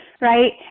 right